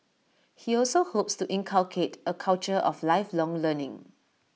he also hopes to inculcate A culture of lifelong learning